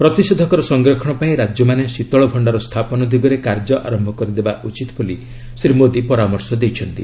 ପ୍ରତିଷେଧକର ସଂରକ୍ଷଣ ପାଇଁ ରାଜ୍ୟମାନେ ଶୀତଳ ଭଣ୍ଡାର ସ୍ଥାପନ ଦିଗରେ କାର୍ଯ୍ୟ ଆରମ୍ଭ କରିବା ଉଚିତ୍ ବୋଲି ଶ୍ରୀ ମୋଦୀ ପରାମର୍ଶ ଦେଇଛନ୍ତି